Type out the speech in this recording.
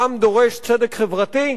העם דורש צדק חברתי,